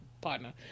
partner